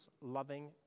loving